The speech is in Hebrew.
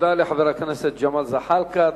תודה לחבר הכנסת ג'מאל זחאלקה.